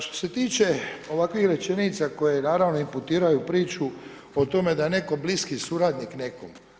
Što se tiče ovakvih rečenica koje naravno imputiraju priču o tome da je netko bliski suradnik nekom.